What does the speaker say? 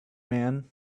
man